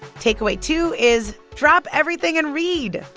takeaway two is drop everything and read.